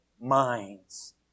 minds